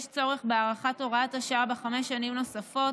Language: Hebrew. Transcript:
יש צורך בהארכת הוראת השעה בחמש שנים נוספות,